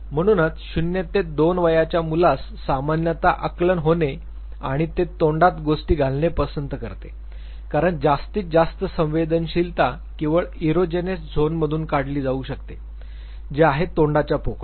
म्हणूनच ० ते २ वयाच्या मुलास सामान्यतः आकलन होणे आणि ते तोंडात गोष्टी घालणे पसंत करते कारण जास्तीत जास्त संवेदनशीलता केवळ इरोजेनस झोनमधून काढली जाऊ शकते जे आहे तोंडाच्या पोकळीत